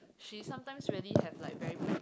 she sometimes really have like very bad